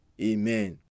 Amen